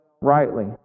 rightly